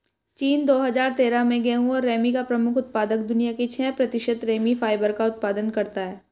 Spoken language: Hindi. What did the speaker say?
चीन, दो हजार तेरह में गेहूं और रेमी का प्रमुख उत्पादक, दुनिया के छह प्रतिशत रेमी फाइबर का उत्पादन करता है